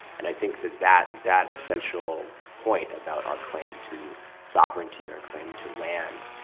and i think that that that essential point about our claim to sovereignty, our claim to land,